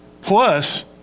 plus